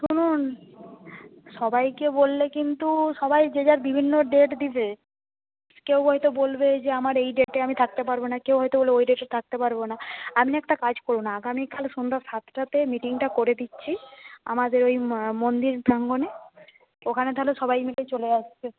শুনুন সবাইকে বললে কিন্তু সবাই যে যার বিভিন্ন ডেট দেবে কেউ হয়তো বলবে যে আমার এই ডেটে আমি থাকতে পারব না কেউ হয়তো বলবে ওই ডেটে থাকতে পারব না আপনি একটা কাজ করুন আগামী কাল সন্ধ্যা সাতটাতে মিটিংটা করে দিচ্ছি আমাদের ওই মন্দির প্রাঙ্গণে ওখানে তাহলে সবাই মিলে চলে আসবে